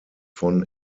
von